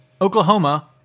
Oklahoma